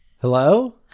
Hello